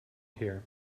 here